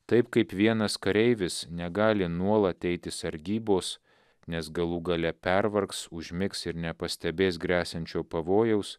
taip kaip vienas kareivis negali nuolat eiti sargybos nes galų gale pervargs užmigs ir nepastebės gresiančio pavojaus